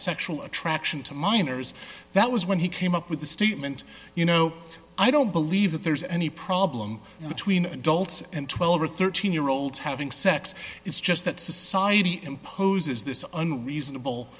sexual attraction to minors that was when he came up with the statement you know i don't believe that there's any problem between adults and twelve or thirteen year olds having sex it's just that society imposes this